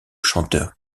chanteur